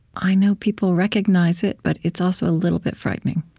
i know people recognize it, but it's also a little bit frightening